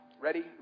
Ready